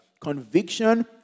Conviction